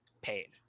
paid